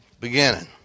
Beginning